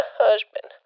husband